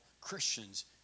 Christians